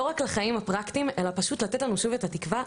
לא רק לחיים הפרקטיים אלא על מנת לתת שוב את התקווה,